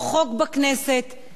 חוק שחוקק לפני שנה,